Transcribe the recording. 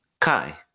Kai